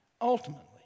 ultimately